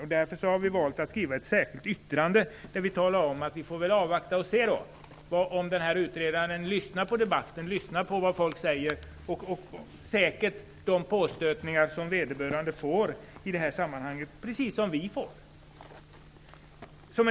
Vi har därför valt att skriva ett särskilt yttrande, där vi uttalar att vi får avvakta om utredaren lyssnar på vad folk säger och reagerar på de påstötningar som vederbörande säkerligen får - precis som vi - i detta sammanhang.